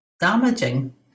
damaging